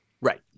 Right